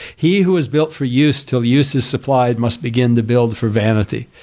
he who has built for use until use is supplied must begin to build for vanity.